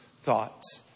thoughts